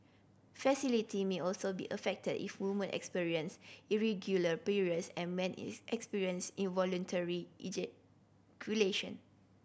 may also be affected if woman experience irregular periods and men is experience involuntary ejaculation